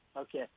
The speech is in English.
Okay